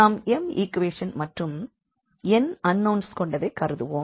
நாம் m equation மற்றும் n unknowns கொண்டதைக் கருதுவோம்